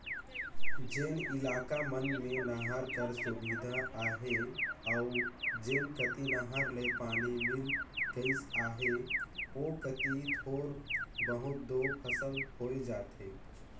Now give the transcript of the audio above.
जेन इलाका मन में नहर कर सुबिधा अहे अउ जेन कती नहर ले पानी मिल गइस अहे ओ कती थोर बहुत दो फसिल होए जाथे